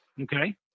okay